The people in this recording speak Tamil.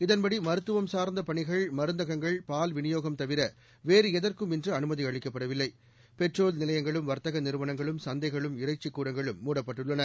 இதன்படி மருத்துவம் சர்ந்த பனிகன் மருத்தகங்கள் பால்விநியோகம் தவிர வேறு எதற்கும் இன்று அனுமதி அளிக்கப்படவில்லை பெட்ரோல் நிலையங்களும் வர்த்தக நிறுவனங்களும் சந்தைகளும் இறைச்சிக் கூடங்களும் மூடப்பட்டுள்ளன